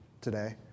today